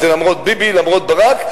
וזה למרות ביבי, למרות ברק.